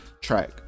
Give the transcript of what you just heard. track